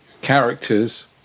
Characters